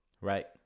right